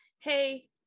hey